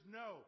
no